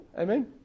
Amen